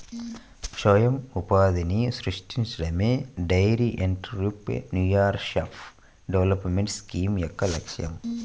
స్వయం ఉపాధిని సృష్టించడమే డెయిరీ ఎంటర్ప్రెన్యూర్షిప్ డెవలప్మెంట్ స్కీమ్ యొక్క లక్ష్యం